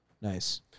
Nice